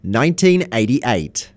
1988